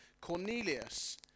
Cornelius